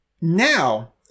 Now